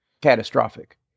catastrophic